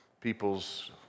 people's